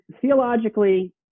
theologically